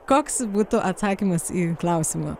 koks būtų atsakymas į klausimą